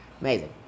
Amazing